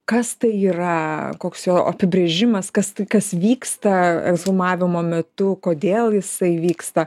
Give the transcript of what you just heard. kas tai yra koks jo apibrėžimas kas tai kas vyksta ekshumavimo metu kodėl jisai vyksta